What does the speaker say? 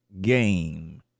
game